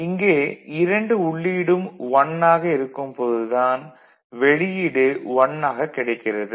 இங்கே இரண்டு உள்ளீடும் 1 ஆக இருக்கும் போது தான் வெளியீடு 1 ஆகக் கிடைக்கிறது